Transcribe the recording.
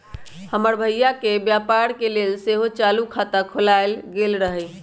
हमर भइया के व्यापार के लेल सेहो चालू खता खोलायल गेल रहइ